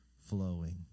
flowing